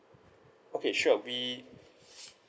okay sure we